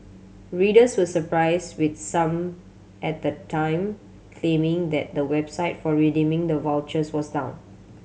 readers were surprise with some at the time claiming that the website for redeeming the vouchers was down